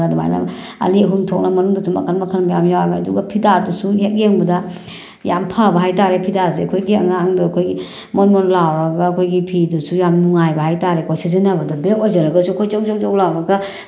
ꯑꯗꯨꯃꯥꯏꯅ ꯑꯅꯤ ꯑꯍꯨꯝ ꯊꯣꯛꯅ ꯃꯅꯨꯡꯗꯁꯨ ꯃꯈꯜ ꯃꯈꯜ ꯃꯌꯥꯝ ꯌꯥꯎꯔꯒ ꯑꯗꯨꯒ ꯐꯤꯗꯥꯗꯨꯁꯨ ꯍꯦꯛ ꯌꯦꯡꯕꯗ ꯌꯥꯝ ꯐꯕ ꯍꯥꯏ ꯇꯥꯔꯦ ꯐꯤꯗꯥꯁꯦ ꯑꯩꯈꯣꯏꯒꯤ ꯑꯉꯥꯡꯗ ꯑꯩꯈꯣꯏꯒꯤ ꯃꯣꯟ ꯃꯣꯟ ꯂꯥꯎꯔꯒ ꯑꯩꯈꯣꯏꯒꯤ ꯐꯤꯗꯨꯁꯨ ꯌꯥꯝ ꯅꯨꯡꯉꯥꯏꯕ ꯍꯥꯏ ꯇꯥꯔꯦ ꯀꯣ ꯁꯤꯖꯤꯟꯅꯕꯗ ꯕꯦꯛ ꯑꯣꯏꯖꯔꯒꯁꯨ ꯑꯩꯈꯣꯏ ꯖꯧ ꯖꯧ ꯖꯧ ꯂꯥꯎꯔꯒ